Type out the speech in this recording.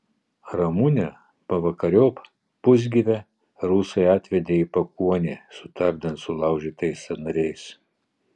ramunę pavakariop pusgyvę rusai atvedė į pakuonį su tardant sulaužytais sąnariais